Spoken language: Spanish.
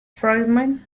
friedman